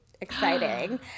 Exciting